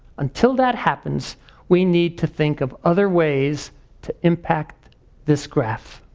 until that happens we need to think of other ways to impact this graph.